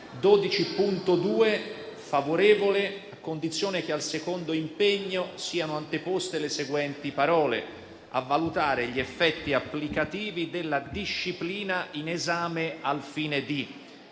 G12.2 a condizione che, al secondo impegno, siano anteposte le seguenti parole: «a valutare gli effetti applicativi della disciplina in esame al fine di».